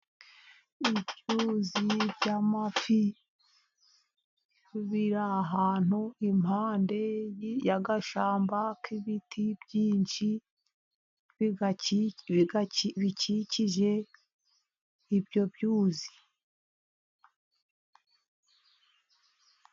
Ibyuzi by'amafi biri ahantu impande y'agashyamba k'ibiti byinshi bikikije ibyo byuzi.